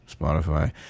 Spotify